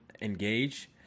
Engage